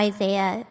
Isaiah